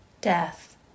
Death